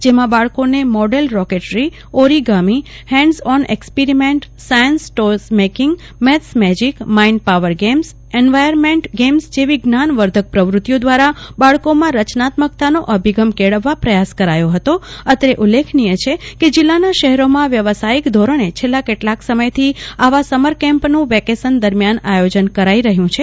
જેમાં બાળકો ને model rocketry origami hands on experiment science toys making maths magic mind power ગેમ્સએન્ડવાયમેન્ટ ગેમ્સ જેવી જ્ઞાનવર્ધક પ્રવુતિઓ દ્વારા બાળકોમાં રચનાત્મક નો અભિગમ કેળવવા પ્રયાસ કરાયો ફતો અત્રે ઉલ્લેખનીય છે કે જીલ્લાનાં શહેરો માં વ્યવસાયિક ધોરણે કેટલાક સમય થી આવા સમર કેમ્પ નું વેકેશન દરમ્યાન આયોજન કરાઈ રહ્યું છે